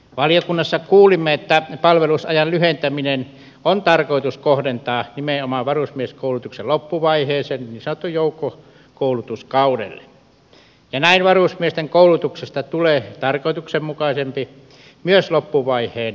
valiokunnassa kuulimme että palvelusajan lyhentäminen on tarkoitus kohdentaa nimenomaan varusmieskoulutuksen loppuvaiheeseen niin sanottuun joukkokoulutuskaudelle ja näin varusmiesten koulutuksesta tulee tarkoituksenmukaisempi myös loppuvaiheen juhlapyhien aikaan